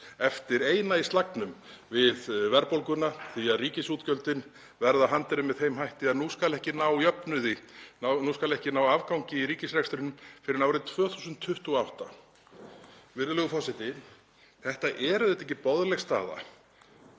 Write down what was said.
eftir eina í slagnum við verðbólguna því að ríkisútgjöldin verða hanteruð með þeim hætti að nú skal ekki ná jöfnuði, nú skal ekki ná afgangi í ríkisrekstrinum fyrr en árið 2028. Virðulegur forseti. Það er auðvitað ekki boðleg staða